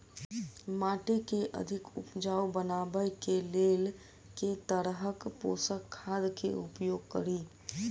माटि केँ अधिक उपजाउ बनाबय केँ लेल केँ तरहक पोसक खाद केँ उपयोग करि?